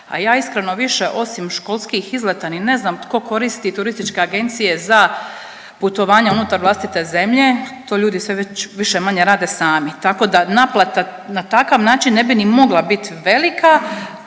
A ja iskreno više osim školskih izleta ni ne znam tko koristi turističke agencije za putovanja unutar vlastite zemlje. To ljudi sve već više-manje rade sami tako da naplata na takav način ne bi ni mogla bit velika,